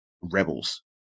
rebels